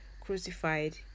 crucified